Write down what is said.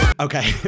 Okay